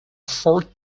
fourth